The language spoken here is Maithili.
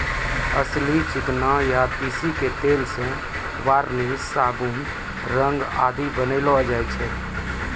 अलसी, चिकना या तीसी के तेल सॅ वार्निस, साबुन, रंग आदि बनैलो जाय छै